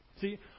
See